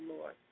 Lord